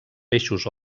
peixos